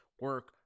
Work